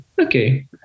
okay